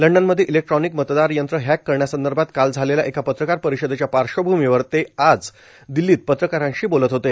लंडनमध्ये इलेक्ट्रॉनिक मतदार यंत्र हॅक करण्यासंदर्भात काल झालेल्या एका पत्रकार परिषदेच्या पार्श्वभूमीवर ते आज दिल्लीत पत्रकारांशी बोलत होते